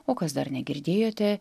o kas dar negirdėjote